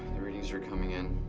the readings are coming in.